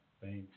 Thanks